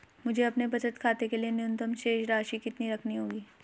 मुझे अपने बचत खाते के लिए न्यूनतम शेष राशि कितनी रखनी होगी?